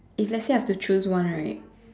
if let's say I have to choose one right